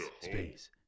Space